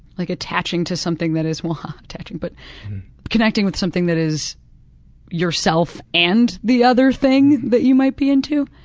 like, attaching to something that is well not ah attaching but connecting with something that is yourself and the other thing that you might be into.